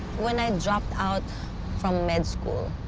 when i dropped out from med school,